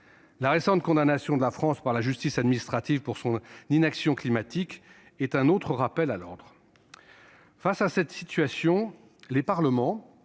La récente condamnation de la France par la justice administrative pour son inaction climatique est un autre rappel à l'ordre. Face à cette situation, les parlements,